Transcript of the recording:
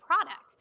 product